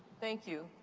thank you.